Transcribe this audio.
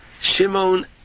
Shimon